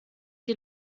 die